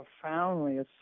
profoundly